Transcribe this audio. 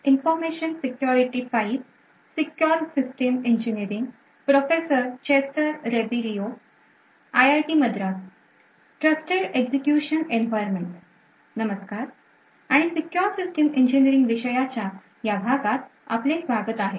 नमस्कार आणि secure system engineering विषयाच्या या भागात आपले स्वागत आहे